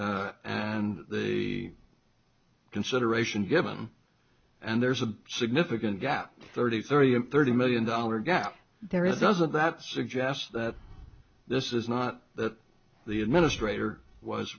and the consideration given and there's a significant gap thirty thirty thirty million dollar gap there is doesn't that suggest that this is not that the administrator was